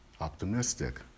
optimistic